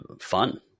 fun